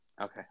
Okay